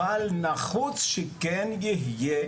אבל נחוץ שכן יהיה